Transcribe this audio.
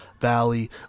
Valley